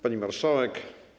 Pani Marszałek!